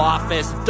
Office